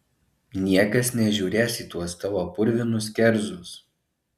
niekas nežiūrės į tuos tavo purvinus kerzus